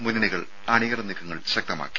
മുന്നണികൾ അണിയറ നീക്കങ്ങൾ ശക്തമാക്കി